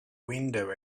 window